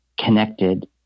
connected